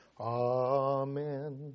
Amen